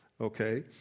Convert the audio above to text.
Okay